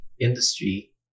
industry